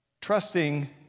trusting